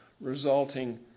resulting